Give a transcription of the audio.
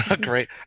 great